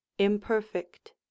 Imperfect